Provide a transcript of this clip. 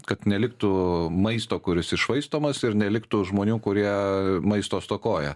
kad neliktų maisto kuris iššvaistomas ir neliktų žmonių kurie maisto stokoja